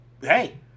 hey